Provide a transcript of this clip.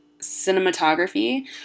cinematography